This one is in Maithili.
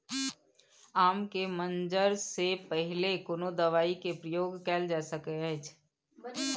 आम के मंजर से पहिले कोनो दवाई के प्रयोग कैल जा सकय अछि?